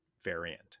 variant